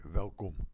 welkom